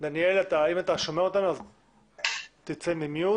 דניאל אם אתה שומע אותנו אז תצא ממיוט,